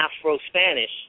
Afro-Spanish